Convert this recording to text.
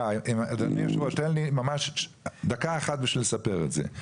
אדוני יושב הראש, תן לי ממש דקה בשביל לספר את זה.